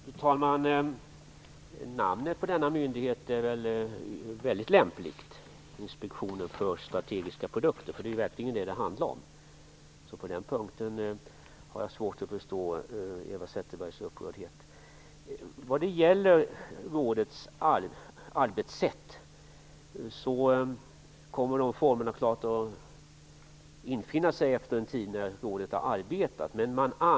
Fru talman! Namnet på denna myndighet är väl väldigt lämpligt, Inspektionen för strategiska produkter, eftersom det är vad det handlar om. Så på den punkten har jag svårt att förstå Eva Zetterbergs upprördhet. När det gäller rådets arbetssätt kommer formen säkert att infinna sig när rådet har arbetat en tid.